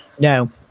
No